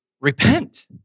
repent